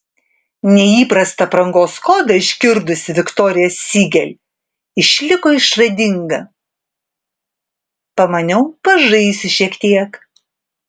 neįprastą aprangos kodą išgirdusi viktorija siegel išliko išradinga pamaniau pažaisiu šiek tiek